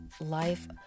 life